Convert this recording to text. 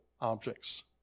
objects